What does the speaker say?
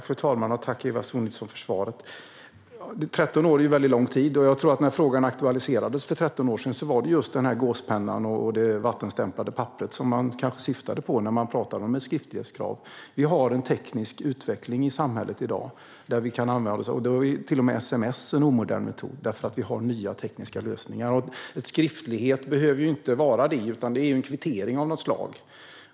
Fru talman! Tack, Eva Sonidsson, för svaret! Ja, tolv år är lång tid, och jag tror att när frågan aktualiserades för tolv år sedan var det just gåspennan och det vattenstämplade papperet man syftade på när man talade om ett skriftlighetskrav. Vi har en teknisk utveckling i samhället i dag som gör att till och med sms är en omodern metod eftersom vi har nya tekniska lösningar. Skriftlighet behöver inte vara det, utan det är en kvittering av något slag.